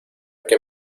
qué